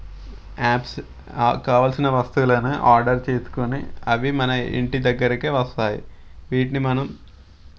apps కావాల్సిన వస్తువులను order చేసుకొని అవి మన ఇంటి దగ్గరికి వస్తాయి వీటిని మనం